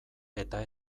eta